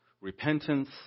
repentance